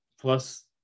plus